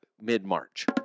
mid-March